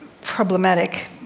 problematic